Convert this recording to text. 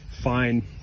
fine